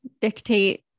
dictate